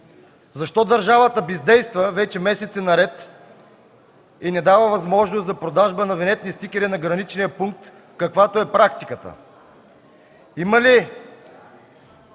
Защо държавата бездейства вече месеци наред и не дава възможност за продажба на винетни стикери на граничния пункт, каквато е практиката? Има ли